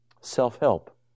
Self-help